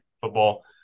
football